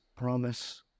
Promise